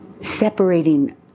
Separating